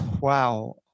Wow